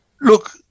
look